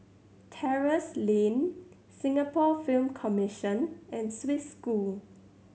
Terrasse Lane Singapore Film Commission and Swiss School